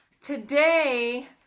today